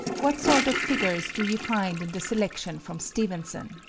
what sort of figures do you find in the selection from stevenson,